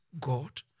God